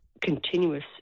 continuous